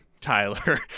Tyler